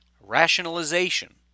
rationalization